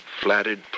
flattered